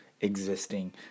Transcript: existing